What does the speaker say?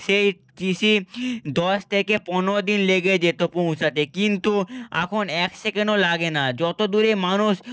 সেই চিঠি দশ থেকে পনেরো দিন লেগে যেত পৌঁছাতে কিন্তু এখন এক সেকেন্ডও লাগে না যত দূরে মানুষ